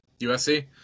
USC